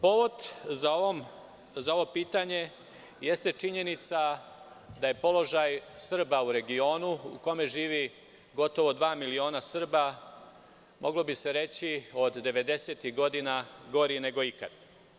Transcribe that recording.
Povod za ovo pitanje jeste činjenica da je položaj Srba u regionu, u kome živi gotovo dva miliona Srba, moglo bi se reći od 90-ih godina gori nego ikad.